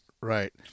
right